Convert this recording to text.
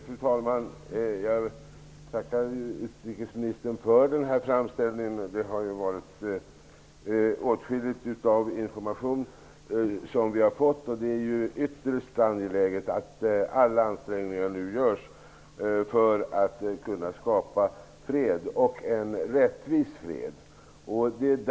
Fru talman! Jag tackar utrikesministern för den här framställningen. Vi har fått åtskillig information. Det är ytterst angeläget att alla ansträngningar nu görs för att en rättvis fred skall kunna skapas.